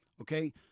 okay